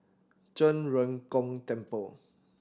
Zhen Ren Gong Temple